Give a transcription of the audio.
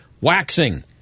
waxing